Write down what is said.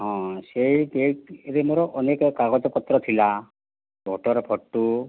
ହଁ ସେହି ବେଗ୍ରେ ମୋର ଅନେକ କାଗଜପତ୍ର ଥିଲା ଭୋଟର୍ ଫଟୋ